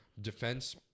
defense